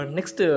Next